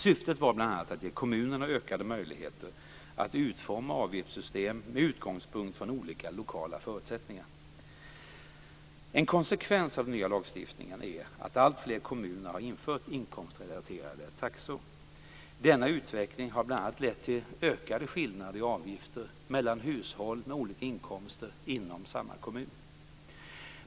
Syftet var bl.a. att ge kommunerna ökade möjligheter att utforma avgiftssystem med utgångspunkt från olika lokala förutsättningar. En konsekvens av den nya lagstiftningen är att alltfler kommuner har infört inkomstrelaterade taxor. Denna utveckling har bl.a. lett till ökade skillnader i avgifter mellan hushåll med olika inkomster inom samma kommun.